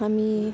हामी